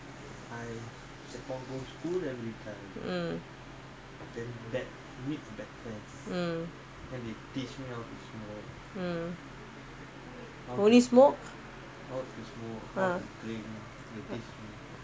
mm mm only smoke ah